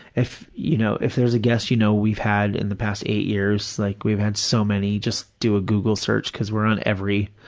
if, you know, if there's a guest you know we've had in the past eight years, like we've had so many, just do a google search, because we're on every,